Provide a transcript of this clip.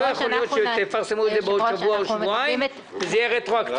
לא יכול להיות שתפרסמו את זה בעוד שבוע או שבועיים וזה יהיה רטרואקטיבי.